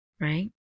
right